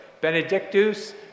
Benedictus